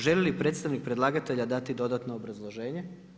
Želi li predstavnik predlagatelja dati dodatno obrazloženje?